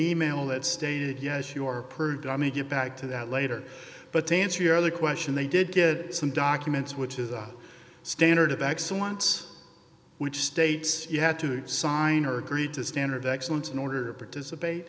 email that stated yes your per dummy get back to that later but to answer your other question they did get some documents which is a standard of excellence which states you have to sign or agree to standard excellence in order participate